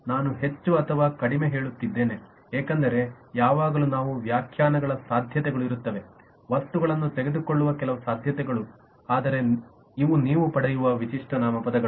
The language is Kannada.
ನಾನು ಹೆಚ್ಚು ಅಥವಾ ಕಡಿಮೆ ಹೇಳುತ್ತಿದ್ದೇನೆ ಏಕೆಂದರೆ ಯಾವಾಗಲೂ ಕೆಲವು ವ್ಯಾಖ್ಯಾನಗಳ ಸಾಧ್ಯತೆಗಳು ಇರುತ್ತದೆ ವಸ್ತುಗಳನ್ನು ಕಳೆದುಕೊಳ್ಳುವ ಕೆಲವು ಸಾಧ್ಯತೆಗಳು ಆದರೆ ಇವು ನೀವು ಪಡೆಯುವ ವಿಶಿಷ್ಟ ನಾಮಪದಗಳು